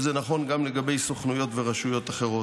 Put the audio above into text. וזה נכון גם לגבי סוכנויות ורשויות אחרות.